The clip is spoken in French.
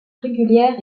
régulière